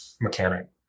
mechanic